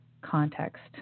context